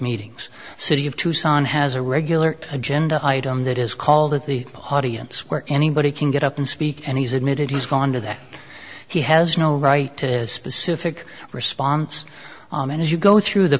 meetings city of tucson has a regular agenda item that is called at the audience where anybody can get up and speak and he's admitted he's gone to that he has no right to a specific response and as you go through the